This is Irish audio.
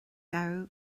gabhadh